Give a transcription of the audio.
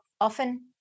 often